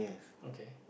okay